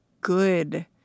good